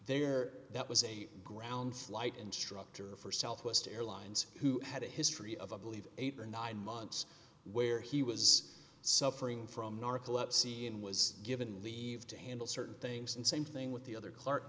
there that was a ground flight instructor for southwest airlines who had a history of i believe eight or nine months where he was suffering from narcolepsy and was given leave to handle certain things and same thing with the other clark